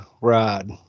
ride